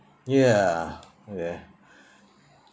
ya okay